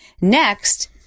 next